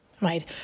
right